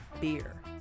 beer